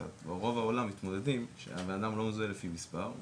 ברוב העולם מתמודדים עם זה כך שהבן אדם לא מזוהה לפי מספר,